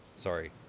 sorry